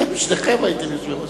אנחנו עוברים מייד לקריאה שלישית.